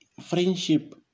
friendship